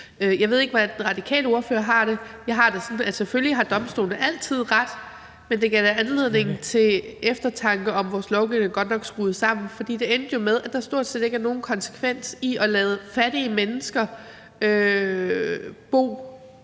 Jeg ved ikke, hvordan den radikale ordfører har det, men jeg har det sådan, at selvfølgelig har domstolene altid ret, men det gav da anledning til eftertanke, med hensyn til om vores lovgivning er godt nok skruet sammen, for det endte jo med, at det stort set ikke havde nogen konsekvens at lade fattige mennesker bo